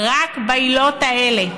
רק בעילות האלה,